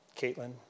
Caitlin